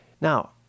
Now